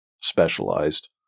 specialized